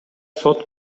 сот